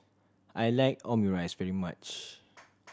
I like Omurice very much